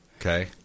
okay